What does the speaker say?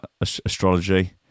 astrology